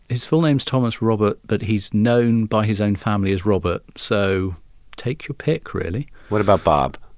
his full name's thomas robert, but he's known by his own family as robert. so take your pick, really what about bob?